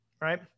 right